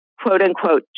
quote-unquote